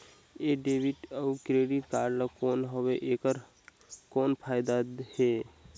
ये डेबिट अउ credit card कौन हवे एकर कौन फाइदा हे?